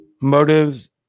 motives